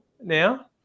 now